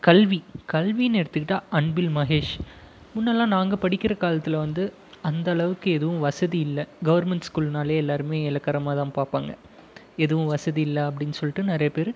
கல்வி கல்வின்னு எடுத்துக்கிட்டா அன்பில் மகேஷ் முன்னேலாம் நாங்கள் படிக்கிற காலத்தில் வந்து அந்த அளவுக்கு எதுவும் வசதி இல்லை கவர்மண்ட் ஸ்கூல்னாலே எல்லாருமே எலக்கரமாக தான் பார்ப்பாங்க எதுவும் வசதி இல்லை அப்படின் சொல்லிட்டு நிறைய பேர்